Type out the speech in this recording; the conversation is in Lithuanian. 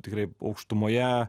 tikrai aukštumoje